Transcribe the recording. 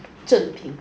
正品